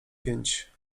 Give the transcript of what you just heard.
pięć